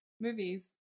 movies